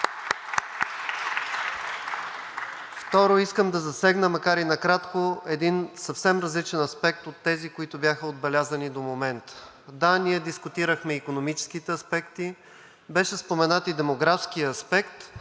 Второ, искам да засегна, макар и накратко, един съвсем различен аспект от тези, които бяха отбелязани до момента. Да, ние дискутирахме икономическите аспекти, беше споменат и демографският аспект,